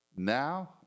Now